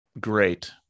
great